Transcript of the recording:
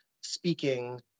speaking